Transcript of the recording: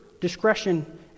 discretion